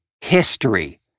history